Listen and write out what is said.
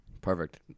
Perfect